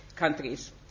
Countries